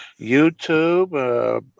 YouTube